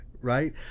right